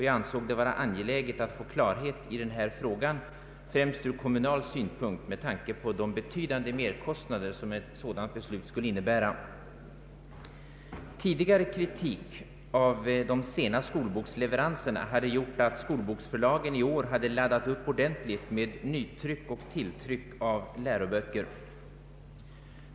Jag ansåg det vara angeläget att få klarhet i denna fråga, främst ur kommunal synpunkt med tanke på de betydande merkostnader ett sådant beslut skulle innebära. Tidigare kritik av de sena skolboksleveranserna hade gjort att skolboksförlagen i år hade laddat upp ordentligt med nytryck och tilltryck av läroböcker.